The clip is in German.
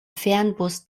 fernbus